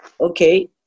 Okay